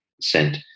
sent